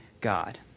God